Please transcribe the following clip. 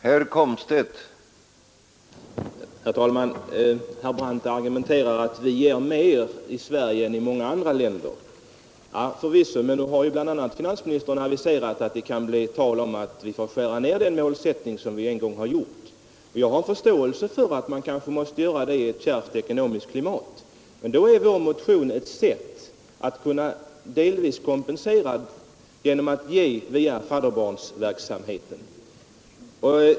Herr talman! Herr Brandt sade att vi i Sverige ger mer än i många andra länder. Förvisso! Men nu har finansministern aviserat att det kan bli tal om att skära ned vår målsättning. Jag har förståelse för att man kanske måste göra det i ett kärvt ekonomiskt klimat. Men då anvisar vår motion ett sätt att delvis kompensera detta genom att ge via fadderbarnsverksamheten.